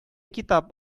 китап